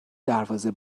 دروازه